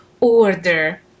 order